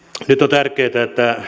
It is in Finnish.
tärkeätä